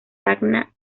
tacna